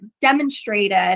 demonstrated